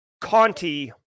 Conti